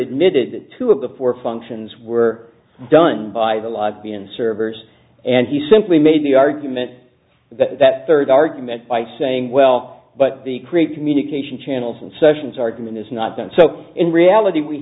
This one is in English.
admitted that two of the four functions were done by the lobby and servers and he simply made the argument that third argument by saying well but the create communication channels and sessions argument is not done so in reality we